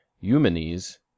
Eumenes